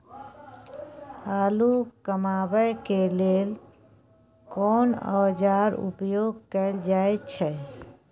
आलू कमाबै के लेल कोन औाजार उपयोग कैल जाय छै?